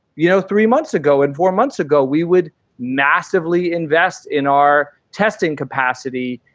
you know, three months ago and four months ago we would massively invest in our testing capacity,